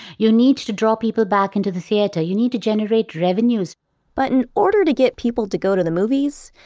you need to draw people back into the theater. you need to generate revenues but in order to get people to go to the movies,